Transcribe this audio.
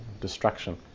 destruction